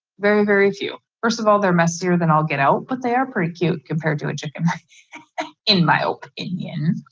very, very few. first of all, they're messier than all get out but they are pretty cute compared to a chicken in my opinion.